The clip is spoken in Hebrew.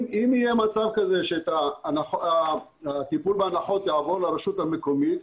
אם יהיה מצב שהטיפול בהנחות יעבור לרשות המקומית,